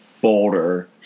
boulder